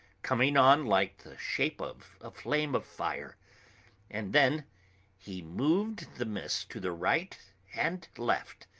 coming on like the shape of a flame of fire and then he moved the mist to the right and left,